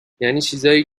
یعنی، چیزایی